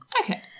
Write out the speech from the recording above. Okay